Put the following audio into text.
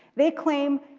they claim,